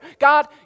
God